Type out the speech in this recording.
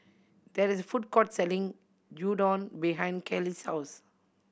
there is a food court selling Gyudon behind Kelly's house